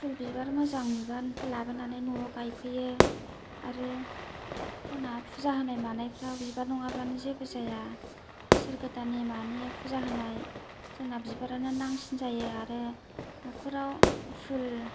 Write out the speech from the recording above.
फुल बिबार मोजां नुबा लाबोनानै न'आव गायफैयो आरो जोंना फुजा होनाय मानायफ्राव बिबार नंआबानो जेबो जाया बोसोर गोदाननि मानि फुजा होनाय जोंना बिबार आनो नांसिन जायो आरो नखराव फुल